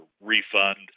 refund